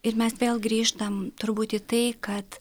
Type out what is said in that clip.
ir mes vėl grįžtam turbūt į tai kad